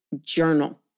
journal